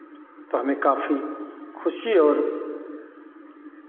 तो हमें काफी खुशी और